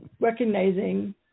recognizing